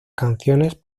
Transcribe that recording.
canciones